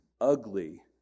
ugly